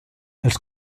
els